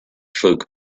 folk